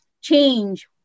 change